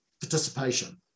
participation